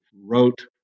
wrote